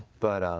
but